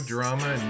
Drama